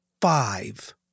five